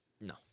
No